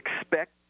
expect